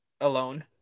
alone